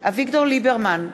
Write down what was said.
אביגדור ליברמן,